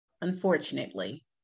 unfortunately